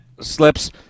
slips